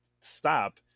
stop